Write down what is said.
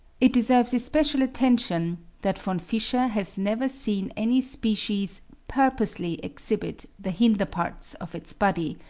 it deserves especial attention that von fischer has never seen any species purposely exhibit the hinder part of its body,